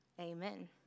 Amen